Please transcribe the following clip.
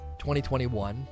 2021